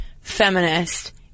feminist